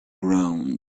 ground